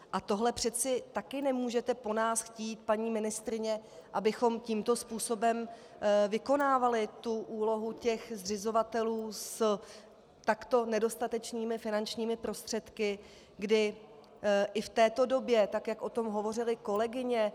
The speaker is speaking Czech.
A tohle přece taky nemůžete po nás chtít, paní ministryně, abychom tímto způsobem vykonávali úlohu zřizovatelů s takto nedostatečnými finančními prostředky, kdy i v této době, tak jak o tom hovořily kolegyně...